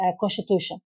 constitution